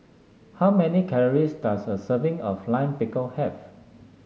how many calories does a serving of Lime Pickle have